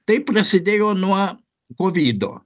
tai prasidėjo nuo kovido